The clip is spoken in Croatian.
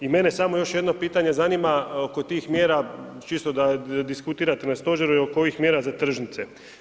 I mene samo još jedno pitanje zanima oko tih mjera čisto da diskutirate na stožeru oko ovih mjera za tržnice.